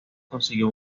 consiguió